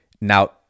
Now